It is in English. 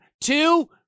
two